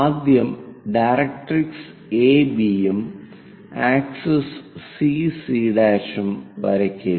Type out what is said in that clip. ആദ്യം directrix AB യും axis CC' CC' യും വരയ്ക്കുക